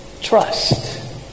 Trust